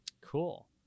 Cool